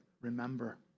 Remember